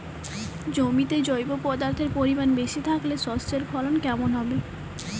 জমিতে জৈব পদার্থের পরিমাণ বেশি থাকলে শস্যর ফলন কেমন হবে?